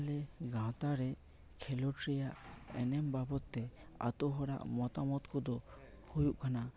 ᱟᱞᱮ ᱜᱟᱶᱛᱟ ᱨᱮ ᱠᱷᱮᱞᱳᱰ ᱨᱮᱭᱟᱜ ᱮᱱᱮᱢ ᱵᱟᱵᱚᱛ ᱛᱮ ᱟᱛᱳ ᱦᱚᱲᱟᱜ ᱢᱚᱛᱟᱢᱚᱛ ᱠᱚᱫᱚ ᱦᱩᱭᱩᱜ ᱠᱟᱱᱟ